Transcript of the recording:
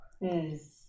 Yes